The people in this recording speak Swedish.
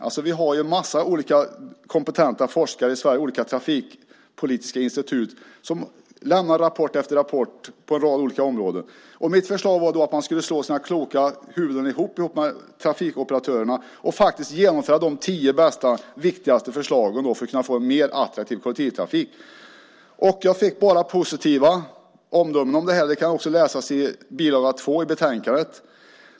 Det finns ju en massa olika kompetenta forskare i Sverige och olika trafikpolitiska institut som avlämnar rapport efter rapport på en rad olika områden. Mitt förslag var att trafikforskare och trafikoperatörer skulle slå sina kloka huvuden ihop och genomföra de tio bästa åtgärderna för att kunna få en mer attraktiv kollektivtrafik. Jag fick bara positiva svar. De kan läsas i bil. 2 i betänkandet.